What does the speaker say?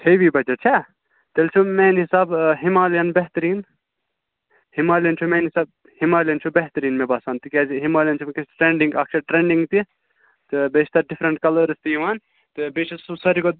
heavy budget چھا تیٚلہِ چھو میٛانہِ حِساب ہِمالِین بہتریٖن ہِمالِین چھو میٛانہِ حِساب ہِمالِین چھو بہتریٖن مےٚ باسان تہِ کیٛازِ ہِمالِین چھِ وٕنۍکٮ۪نس ٹرٛٮ۪نٛڈِنٛگ اَکھ چھےٚ ٹرٛٮ۪نٛڈنگ تہِ تہٕ بیٚیہِ چھِ تَتھ ڈِفرنٹ کَلٲرٕز تہِ یِوان تہٕ بیٚیہِ چھِ سُہ ساروی کھۄتہٕ